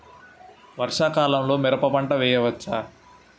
వర్షాకాలంలో మిరప పంట వేయవచ్చా?